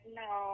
no